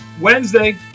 Wednesday